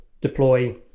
deploy